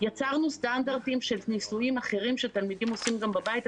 יצרנו סטנדרטים של ניסויים אחרים שתלמידים עושים גם בבית,